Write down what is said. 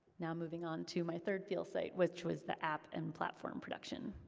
now moving on to my third field site, which was the app and platform production.